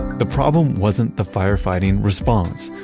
the problem wasn't the firefighting response.